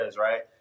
right